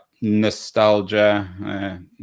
nostalgia